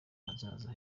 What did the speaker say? hazaza